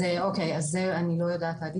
אוקיי, את זה אני לא יודעת להגיד.